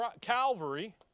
Calvary